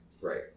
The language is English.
Right